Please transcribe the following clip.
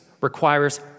requires